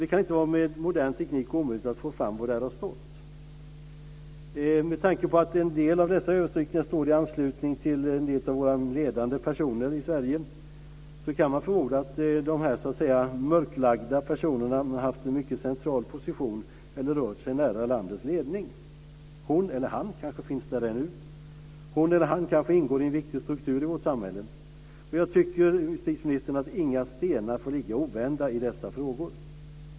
Det kan inte med modern teknik vara omöjligt att få fram vad där har stått. Med tanke på att en del av dessa överstrykningar står i anslutning till ledande personer i Sverige kan man förmoda att dessa "mörklagda" personer haft en mycket central position eller rört sig nära landets ledning. Hon eller han kanske finns där ännu. Hon eller han kanske ingår i en viktig struktur i vårt samhälle. Jag tycker, justitieministern, att inga stenar får ligga ovända i dessa frågor.